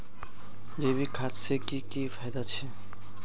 जैविक खाद से की की फायदा छे?